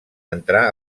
entrà